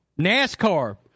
NASCAR